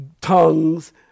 tongues